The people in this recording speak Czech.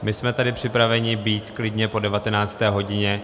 My jsme tady připraveni být klidně po 19. hodině.